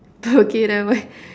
okay never mind